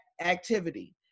activity